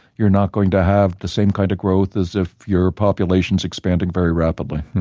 you're not going to have the same kind of growth as if your population is expanding very rapidly